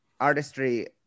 artistry